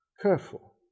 careful